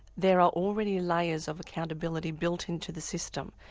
there are already lawyers of accountability built into the system,